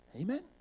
Amen